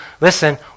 listen